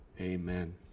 amen